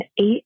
eight